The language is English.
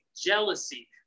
jealousy